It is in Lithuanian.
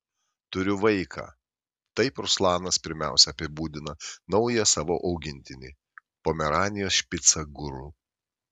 turiu vaiką taip ruslanas pirmiausia apibūdina naują savo augintinį pomeranijos špicą guru